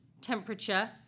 temperature